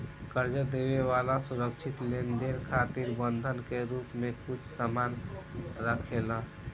कर्जा देवे वाला सुरक्षित लेनदेन खातिर बंधक के रूप में कुछ सामान राखेला